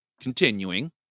continuing